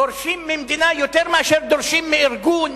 דורשים ממדינה יותר מאשר דורשים מארגון,